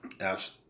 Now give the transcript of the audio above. ash